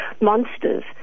Monsters